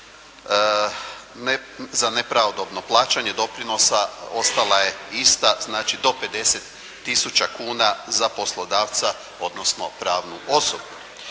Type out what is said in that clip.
za nepravodobno plaćanje doprinosa ostala je ista, znači do 150 tisuća kuna za poslodavca, odnosno pravnu osobu.